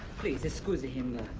please excuse him.